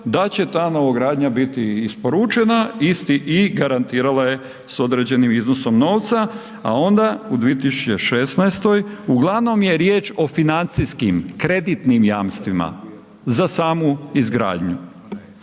da će ta novogradnja biti isporučena i garantirala je s određenim iznosom novca, a onda u 2016. uglavnom je riječ o financijskim kreditnim jamstvima za samu izgradnju.